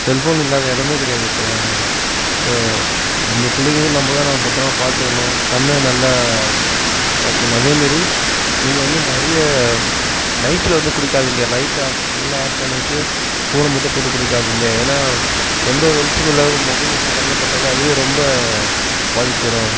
cellphone இல்லாத இடமே கிடையாது இப்போதுலாம் இப்போது நம்ம பிள்ளைங்களுக்கு நம்ம தான் பத்திரமா பார்த்துக்கணும் கண்ணை நல்லா பாத்துக்கணும் அதே மாரி நீங்கள் வந்து நிறையா நைட்டில் வந்து கொடுக்காதீங்க லைட் ஆஃப் ஃபுல்லாக ஆஃப் பண்ணிவிட்டு ஃபோனை மட்டும் போட்டு கொடுக்காதீங்க ஏன்னா எந்த ஒரு வெளிச்சமும் இல்லாது மொபைல் வெளிச்சம் கண்ணில் பட்டாலே அதுவே ரொம்ப பாதிச்சிடும்